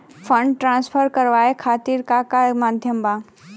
Fund transfer करवाये खातीर का का माध्यम बा?